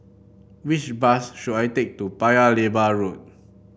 which bus should I take to Paya Lebar Road